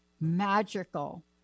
magical